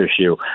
issue